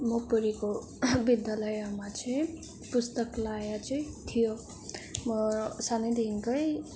म पढेको विद्यालयमा चाहिँ पुस्तकालय चाहिँ थियो म सानैदेखिकै